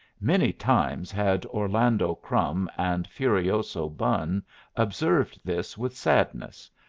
many times had orlando crumb and furioso bun observed this with sadness,